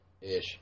ish